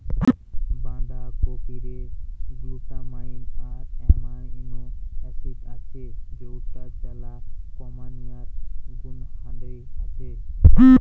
বাঁধাকপিরে glutamine আর amino acid আছে যৌটার জ্বালা কমানিয়ার গুণহারি আছে